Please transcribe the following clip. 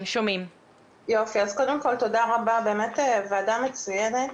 קודם כל תודה רבה, הוועדה מצוינת.